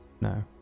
No